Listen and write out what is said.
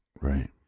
Right